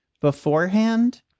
beforehand